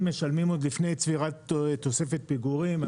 משלמים עוד לפני צבירת תוספת פיגורים.